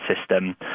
system